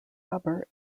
rubber